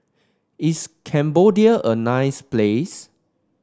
is Cambodia a nice place